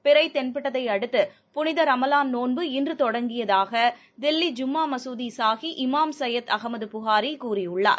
பிறை தென்பட்டதை அடுத்து புனித ரம்ஜான் நோன்பு இன்று தொடங்கியதாக தில்லி ஜும்மா மசூதி சாஹி இமாம் சயத் அகமது புகாரி கூறியுள்ளார்